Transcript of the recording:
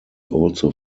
also